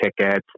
tickets